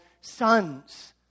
sons